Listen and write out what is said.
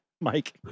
Mike